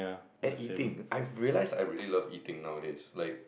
and eating I realised I really love eating nowadays like